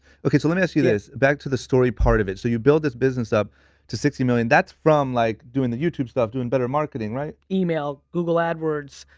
okay, so let me ask you this. back to the story part of it. so you build this business up to sixty million, that's from like doing the youtube stuff, doing better marketing, right? email, google adwords,